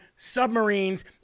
Submarines